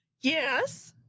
Yes